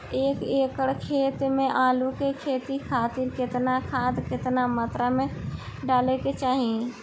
एक एकड़ खेत मे आलू के खेती खातिर केतना खाद केतना मात्रा मे डाले के चाही?